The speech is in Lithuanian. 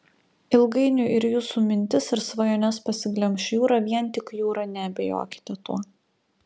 ilgainiui ir jūsų mintis ir svajones pasiglemš jūra vien tik jūra neabejokite tuo